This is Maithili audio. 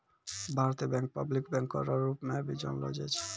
भारतीय बैंक पब्लिक बैंको रो रूप मे भी जानलो जाय छै